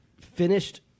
finished